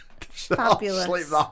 fabulous